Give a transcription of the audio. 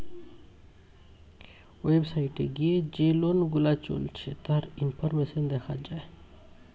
website এ গিয়ে যে লোন গুলা চলছে তার ইনফরমেশন দেখা যায়